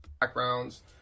Backgrounds